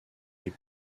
les